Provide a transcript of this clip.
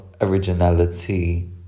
originality